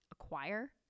acquire